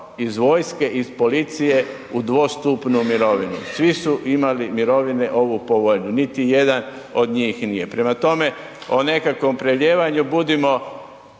iz vojske, iz policije u dvostupnu mirovinu, svi su imali mirovine ovu povoljnu, niti jedan od njih nije. Prema tome, o nekakvom prelijevanju budimo